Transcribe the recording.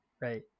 Right